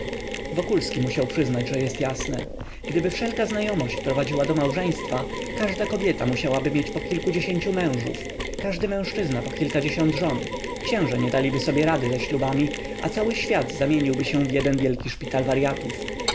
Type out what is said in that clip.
wokulski musiał przyznać że jest jasne gdyby wszelka znajomość prowadziła do małżeństwa każda kobieta musiałaby mieć po kilkudziesięciu mężów każdy mężczyzna po kilkadziesiąt żon księża nie daliby sobie rady ze ślubami a cały świat zamieniłby się w jeden wielki szpitał waryatów